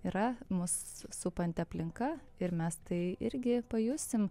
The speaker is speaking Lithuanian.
yra mus supanti aplinka ir mes tai irgi pajusim